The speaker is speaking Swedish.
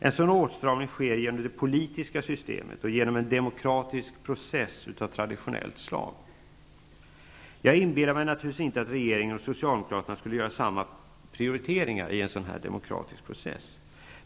En sådan åtstramning sker genom det politiska systemet och genom en demokratisk process av traditionellt slag. Jag inbillar mig naurligtvis inte att regeringen och Socialdemokraterna skulle göra samma prioriteringar i denna demokratiska process.